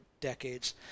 decades